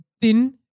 thin